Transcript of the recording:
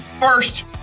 first